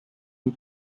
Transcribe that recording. une